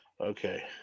Okay